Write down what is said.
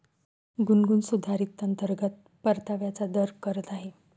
गुनगुन सुधारित अंतर्गत परताव्याचा दर करत आहे